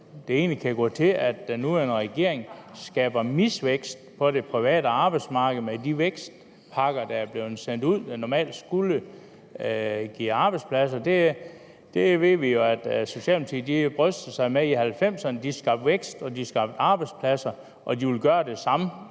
det egentlig kan gå til, at den nuværende regering skaber misvækst på det private arbejdsmarked med de vækstpakker, der er blevet sendt ud, og som normalt skulle give arbejdspladser. Vi ved jo, at Socialdemokratiet bryster sig med, at de i 1990'erne skabte vækst og arbejdspladser og de vil gøre det samme